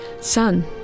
Son